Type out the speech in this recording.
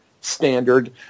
standard